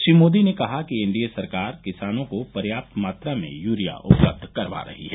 श्री मोदी ने कहा कि एनडीए सरकार किसानों को पर्याप्त मात्रा में यूरिया उपलब्ध करवा रही है